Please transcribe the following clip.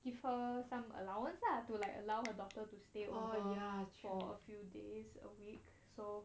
give her some allowance lah to like allow her daughter to stay over for a few days a week so